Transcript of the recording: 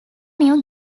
new